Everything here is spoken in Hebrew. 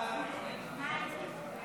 ההצעה להעביר